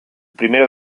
primero